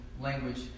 language